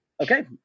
Okay